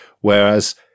whereas